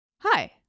Hi